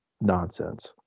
nonsense